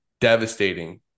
devastating